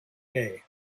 day